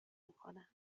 میکنم